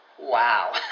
Wow